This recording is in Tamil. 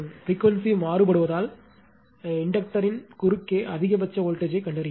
பிரிக்வேன்சி மாறுபடுவதால் இண்டக்டர்யின் குறுக்கே அதிகபட்ச வோல்ட்டேஜ்த்தைக் கண்டறியவும்